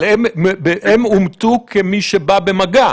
אבל הם אומתו כמי שבאו במגע.